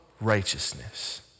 righteousness